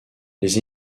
les